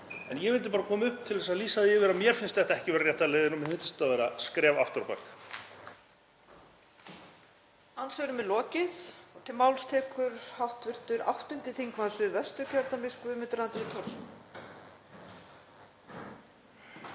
En ég vildi bara koma upp til að lýsa því yfir að mér finnst þetta ekki vera rétta leiðin og mér fyndist það vera skref aftur á bak.